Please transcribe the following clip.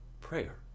prayer